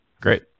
Great